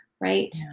right